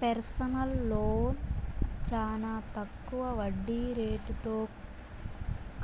personal loan చానా తక్కువ వడ్డీ రేటుతో